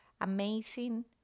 amazing